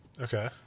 Okay